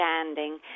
understanding